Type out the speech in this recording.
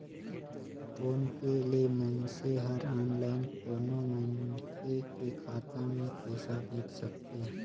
phone पे ले मइनसे हर आनलाईन कोनो मनखे के खाता मे पइसा भेज सकथे